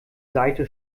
seite